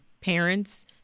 parents